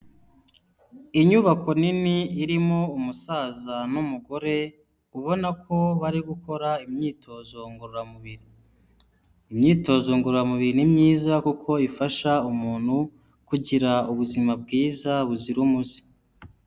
Inyubako nini irimo umusaza n'umugore ubona ko bari gukora imyitozo ngororamubiri, imyitozo ngororamubiri ni myiza kuko ifasha umuntu kugira ubuzima bwiza buzira umuze.